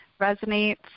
resonates